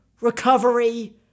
recovery